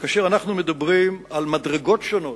שכאשר אנחנו מדברים על מדרגות שונות,